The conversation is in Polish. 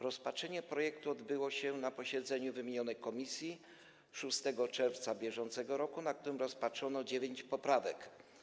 Rozpatrzenie projektu odbyło się na posiedzeniu wymienionej komisji 6 czerwca br., na którym rozpatrzono dziewięć poprawek.